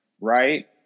Right